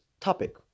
topic